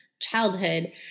childhood